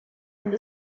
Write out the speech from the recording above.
und